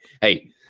hey